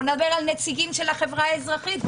נדבר על נציגים של החברה האזרחית,